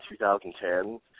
2010